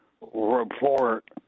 report